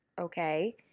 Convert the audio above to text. okay